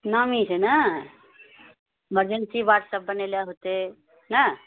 नामी छै ने वास्ते बनेले होतए ने